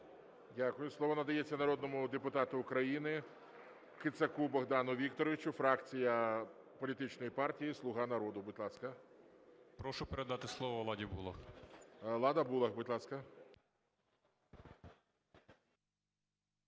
Дякую. Слово надається народному депутату України Кицаку Богдану Вікторовичу, фракція політичної партії "Слуга народу", будь ласка. 11:37:27 КИЦАК Б.В. Прошу передати слово Ладі Булах. ГОЛОВУЮЧИЙ. Лада Булах, будь ласка.